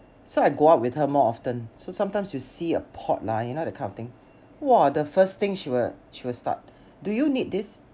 so I go out with her more often so sometimes you see a pot ah you know that kind of thing !wah! the first thing she will she will start do you need this